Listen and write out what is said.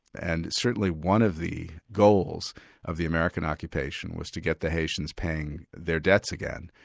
and it's certainly one of the goals of the american occupation, was to get the haitians paying their debts again,